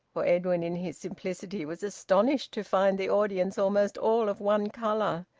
for edwin in his simplicity was astonished to find the audience almost all of one colour,